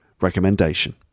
recommendation